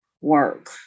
work